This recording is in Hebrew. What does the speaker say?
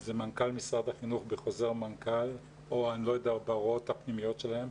זה מנכ"ל משרד החינוך בחוזר מנכ"ל או בהוראות הפנימיות שלהם,